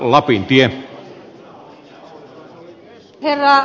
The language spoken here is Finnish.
arvoisa herra puhemies